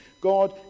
God